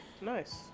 Nice